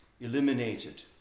eliminated